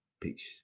Peace